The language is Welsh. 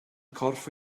corff